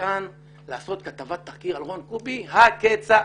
לכאן מישהו לעשות כתבת תחקיר על רון קובי הכצעקתה.